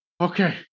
okay